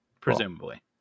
Presumably